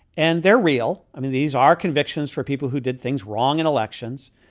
and they're real. i mean, these are convictions for people who did things wrong in elections.